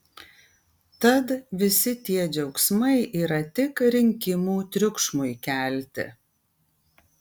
tad visi tie džiaugsmai yra tik rinkimų triukšmui kelti